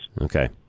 Okay